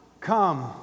come